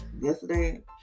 yesterday